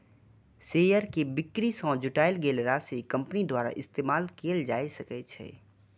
share के बिक्री सं जुटायल गेल राशि कंपनी द्वारा इस्तेमाल कैल जा सकै छै